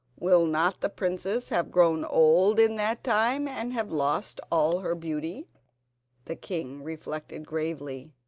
will not the princess have grown old in that time and have lost all her beauty the king reflected gravely.